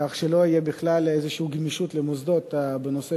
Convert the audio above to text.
כך שלא תהיה בכלל איזושהי גמישות למוסדות בנושא